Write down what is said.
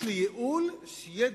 דיון שיכול למצות,